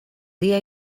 dia